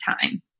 time